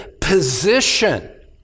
position